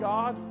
God